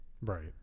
Right